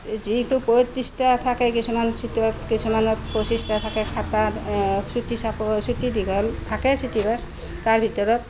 যিহেতু পঁইত্ৰিছটা থাকে কিছুমান ছিটত কিছুমানত পঁচিছটা থাকে চুটি চাপৰ হয় চুটি দীঘল থাকে চিটিবাছ তাৰ ভিতৰত